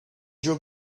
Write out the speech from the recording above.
your